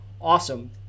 awesome